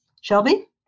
Shelby